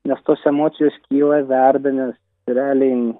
nes tos emocijos kyla verda nes realiai